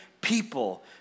people